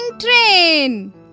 train